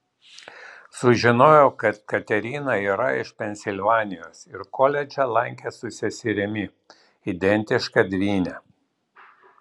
sužinojau kad katerina yra iš pensilvanijos ir koledžą lankė su seserimi identiška dvyne